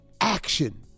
action